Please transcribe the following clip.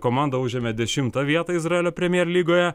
komanda užėmė dešimtą vietą izraelio premjer lygoje